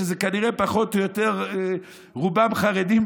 שזה כנראה פחות או יותר רובם חרדים,